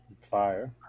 fire